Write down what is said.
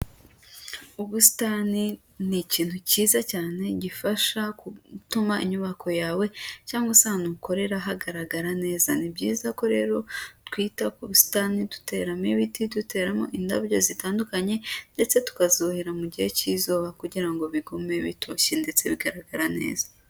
Ubusitani ni ikintu kiza cyane gifasha gutuma inyubako yawe cyangwa se ahantu ukorera hagaragara neza, ni byiza ko rero twita ku busitani duteramo ibiti duteramo indabyo zitandukanye ndetse tukazuhira mu gihe k'izuba kugira ngo bigume bitoshye ndetse bigaragara neza.